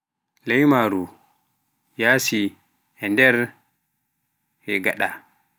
Leymaru yaasi e nder hey gada.